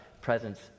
presence